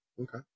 Okay